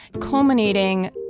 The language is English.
culminating